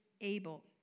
able